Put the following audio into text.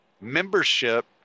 membership